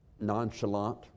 nonchalant